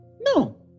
No